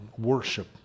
worship